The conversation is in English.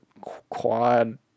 quad